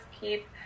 keep